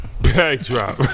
backdrop